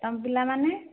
ତୁମ ପିଲାମାନେ